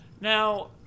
Now